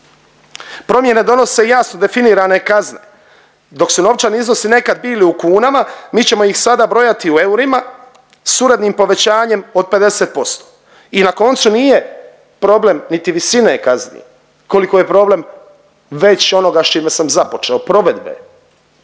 Promjene donose jasno definirane kazne, dok su novčani iznosi nekad bili u kunama, mi ćemo ih sada brojati u eurima s urednim povećanjem od 50% i na koncu nije problem niti visine kazni koliko je problem već onoga s čime sam započeo, provedbe